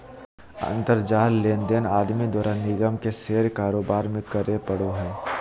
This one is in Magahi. अंतर जाल लेनदेन आदमी द्वारा निगम के शेयर कारोबार में करे पड़ो हइ